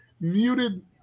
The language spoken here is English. muted